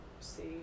see